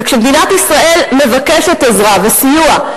וכשמדינת ישראל מבקשת עזרה וסיוע,